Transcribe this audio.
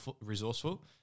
resourceful